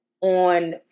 on